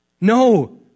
No